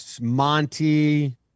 Monty